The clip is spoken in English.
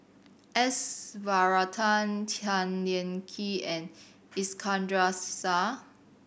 S Varathan Tan Lian Chye and Iskandar Shah